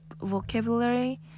vocabulary